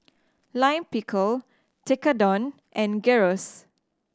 Lime Pickle Tekkadon and Gyros